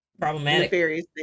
problematic